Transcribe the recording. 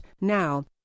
now